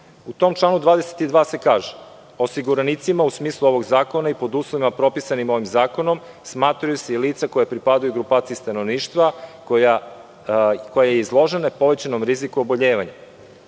tom članu 22. se kaže - osiguranicima u smislu ovog zakona i pod uslovima propisanim ovim zakonom smatraju se i lica koja pripadaju grupaciji stanovništva koja je izložena povećanom riziku oboljevanja.